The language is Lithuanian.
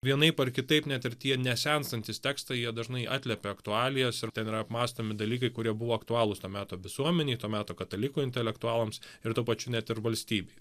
vienaip ar kitaip net ir tie nesenstantys tekstai jie dažnai atliepia aktualijas ir ten yra apmąstomi dalykai kurie buvo aktualūs to meto visuomenėj to meto katalikų intelektualams ir tuo pačiu net ir valstybei